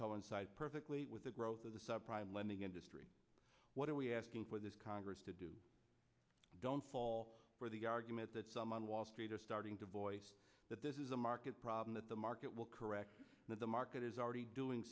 coincided perfectly with the growth of the sub prime lending industry what are we asking for this congress to do don't fall for the argument that some on wall street are starting to voice that this is a market problem that the market will correct that the market is already doing